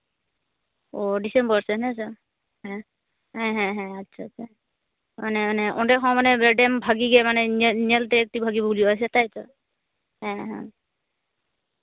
ᱚᱸᱻ ᱰᱤᱥᱮᱢᱵᱚᱨ ᱥᱮᱫ ᱦᱮᱸᱥᱮ ᱦᱮᱸ ᱦᱮᱸ ᱦᱮᱸ ᱦᱮᱸ ᱟᱪᱪᱷᱟ ᱢᱟᱱᱮ ᱚᱱᱮ ᱚᱸᱰᱮ ᱦᱚᱸ ᱢᱟᱱᱮ ᱰᱮᱢ ᱵᱷᱟᱜᱮ ᱜᱮ ᱢᱟᱱᱮ ᱧᱮᱧᱮᱞ ᱛᱮ ᱢᱟᱱᱮ ᱵᱷᱟᱜᱮ ᱵᱩᱡᱩᱜᱼᱟ ᱛᱟᱭᱛᱚ ᱦᱮᱸ ᱦᱮᱸ